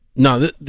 No